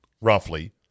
roughly